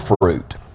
fruit